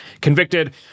convicted